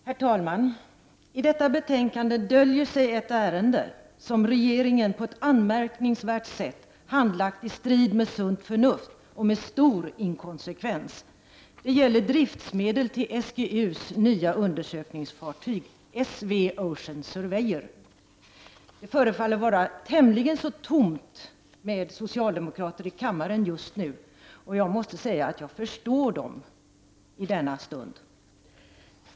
Herr talman! I detta betänkande döljer sig ett ärende som regeringen på ett anmärkningsvärt sätt handlagt i strid med sunt förnuft och med stor inkonsekvens. Det gäller driftsmedel till SGU:s nya undersökningsfartyg S/V Ocean Surveyor. Det förefaller vara tämligen tomt med socialdemokrater i kammaren just nu. Jag måste säga attjag förstår dem i denna stund.